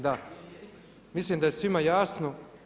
Da, mislim da je svima jasno.